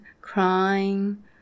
crying